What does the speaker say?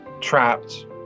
trapped